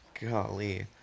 Golly